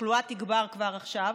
התחלואה תגבר כבר עכשיו.